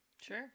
sure